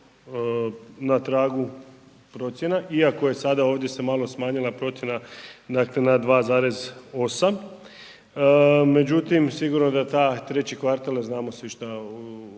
na tragu procjena iako je sada ovdje se malo smanjila procjena na 2,8 međutim da taj treći kvartal a znamo svi